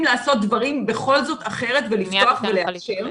לעשות דברים בכל זאת אחרת ולפתוח ולאפשר.